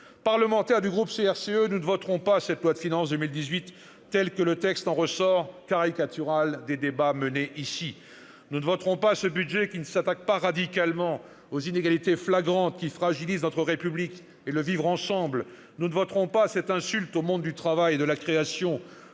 Parlementaires du groupe CRCE, nous ne voterons pas la loi de finances pour 2018 telle qu'elle ressort des débats caricaturaux menés ici. Nous ne voterons pas ce budget, qui ne s'attaque pas radicalement aux inégalités flagrantes qui fragilisent notre République et le vivre ensemble. Nous ne voterons pas cette insulte au monde du travail et de la création.